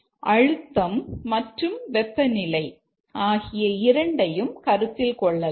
நாம் அழுத்தம் மற்றும் வெப்பநிலை ஆகிய இரண்டையும் கருத்தில் கொள்ளலாம்